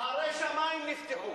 שערי שמים נפתחו.